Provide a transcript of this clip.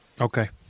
Okay